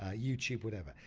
ah youtube, whatever,